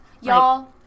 Y'all